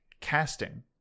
casting